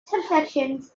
subsections